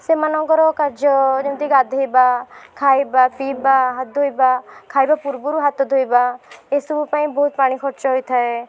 ସେମାନଙ୍କର କାର୍ଯ୍ୟ ଯେମିତି ଗାଧେଇବା ଖାଇବା ପିଇବା ହାତ ଧୋଇବା ଖାଇବା ପୂର୍ବରୁ ହାତ ଧୋଇବା ଏସବୁ ପାଇଁ ବହୁତ ପାଣି ଖର୍ଚ୍ଚ ହେଇଥାଏ